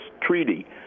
Treaty